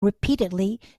repeatedly